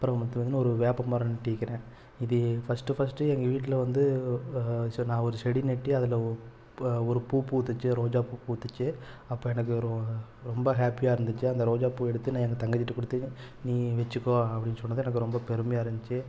அப்புறம் ஒன்றுத்துல வந்து ஒரு வேப்பமரம் நட்டிருக்குறேன் இது ஃபஸ்ட்டு ஃபஸ்ட்டு எங்கள் வீட்டில் வந்து செ நான் ஒரு செடி நட்டு அதில் ப ஒரு பூ பூத்துச்சு ரோஜாப் பூ பூத்துச்சு அப்போ எனக்கு ஒரு ரொம்ப ஹாப்பியாக இருந்துச்சு அந்த ரோஜாப் பூ எடுத்து நான் என் தங்கைக்கிட்ட கொடுத்து நீ வச்சிக்கோ அப்படின்னு சொன்னது எனக்கு ரொம்ப பெருமையாக இருந்துச்சு